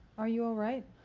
are you all right?